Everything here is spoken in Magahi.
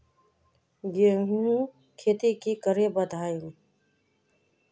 गेंहू खेती की करे बढ़ाम?